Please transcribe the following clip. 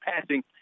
passing